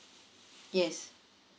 yes